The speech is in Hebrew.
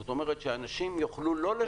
זאת אומרת, שאנשים יוכלו לא לשלם.